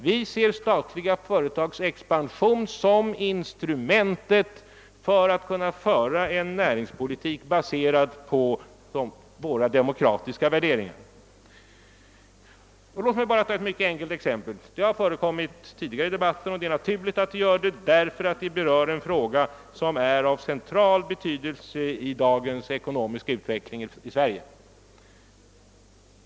Vi ser statliga företags expansion som instrument för att kunna föra en näringspolitik baserad på våra demokratiska värderingar. Låt mig bara ta ett mycket enkelt exempel! Det har nämnts tidigare i debatten, och det är naturligt att man gör det, därför att det berör en fråga som är av central betydelse i dagens ekonomiska utveckling i Sverige.